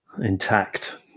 intact